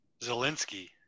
Zelensky